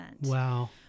Wow